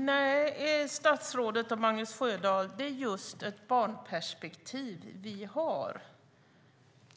Herr talman! Nej, statsrådet och Magnus Sjödahl, det är just ett barnperspektiv vi har.